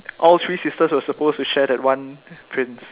all three sisters were supposed to share that one prince